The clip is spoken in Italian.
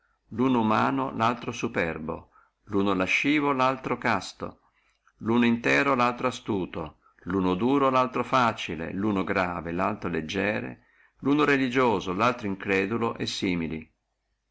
luno umano laltro superbo luno lascivo laltro casto luno intero laltro astuto luno duro laltro facile luno grave laltro leggieri luno relligioso laltro incredulo e simili